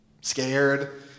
scared